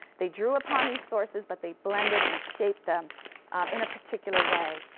they drew upon these sources but they blended and shaped them in a particular way.